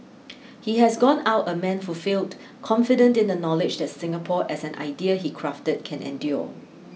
he has gone out a man fulfilled confident in the knowledge that Singapore as an idea he crafted can endure